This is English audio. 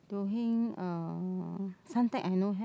Teo Heng uh Suntec I know have